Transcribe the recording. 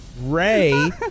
Ray